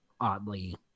oddly